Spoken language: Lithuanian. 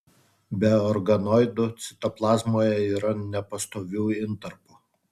be organoidų citoplazmoje yra nepastovių intarpų